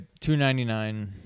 $299